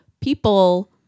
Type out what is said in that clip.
people